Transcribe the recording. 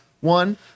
one